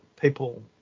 people